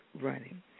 running